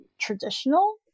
traditional